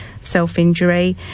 self-injury